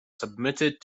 submitted